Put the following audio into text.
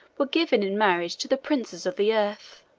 were given in marriage to the princes of the earth.